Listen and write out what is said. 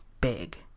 big